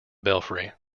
belfry